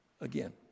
again